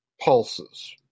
pulses